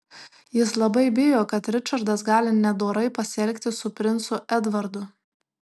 jis labai bijo kad ričardas gali nedorai pasielgti su princu edvardu